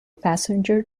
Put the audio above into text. passenger